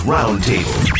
Roundtable